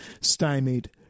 stymied